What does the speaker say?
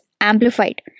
amplified